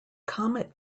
comet